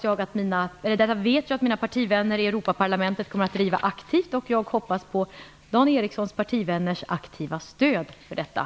Jag vet att mina partivänner i Europaparlamentet kommer att driva detta aktivt och jag hoppas på aktivt stöd från Dan Ericssons partivänner.